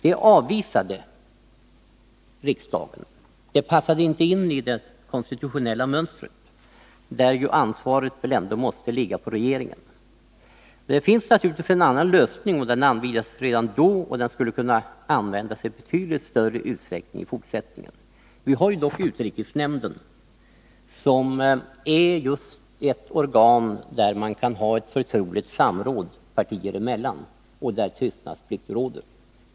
Detta avvisade riksdagen. Det passade inte in i det konstitutionella mönstret, enligt vilket ansvaret väl ändå måste ligga på regeringen. Det finns naturligtvis en annan lösning — den anvisades redan då — och den skulle kunna användas i betydligt större utsträckning i fortsättningen. Nu finns dock utrikesnämnden som är just ett organ där man kan ha ett förtroligt samråd partier emellan och där tystnadsplikt råder.